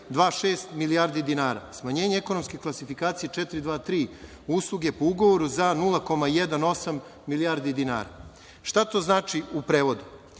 0,526 milijardi dinara; smanjenje ekonomske klasifikacije 423 – usluge po ugovoru za 0,18 1milijardi dinara. Šta to znači u prevodu?